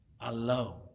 alone